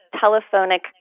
telephonic